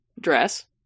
dress